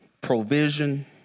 Provision